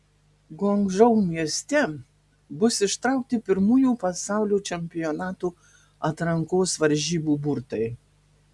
guangdžou mieste bus ištraukti pirmųjų pasaulio čempionato atrankos varžybų burtai